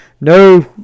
no